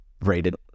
rated